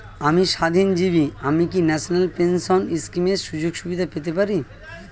আমি স্বাধীনজীবী আমি কি ন্যাশনাল পেনশন স্কিমের সুযোগ সুবিধা পেতে পারি?